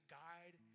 guide